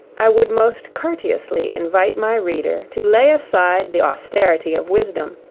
i would most courteously invite my reader to lay aside the austerity of wisdom,